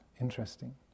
interesting